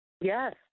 yes